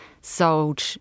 sold